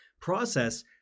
process